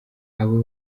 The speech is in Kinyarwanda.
abo